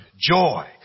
Joy